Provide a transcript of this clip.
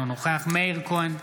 אינו נוכח מאיר כהן,